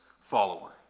follower